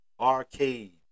Arcade